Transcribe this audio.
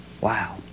wow